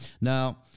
Now